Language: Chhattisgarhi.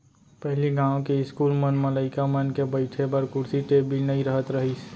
पहिली गॉंव के इस्कूल मन म लइका मन के बइठे बर कुरसी टेबिल नइ रहत रहिस